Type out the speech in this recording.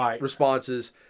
responses